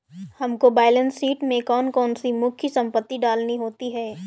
हमको balance sheet में कौन कौन सी मुख्य संपत्ति डालनी होती है?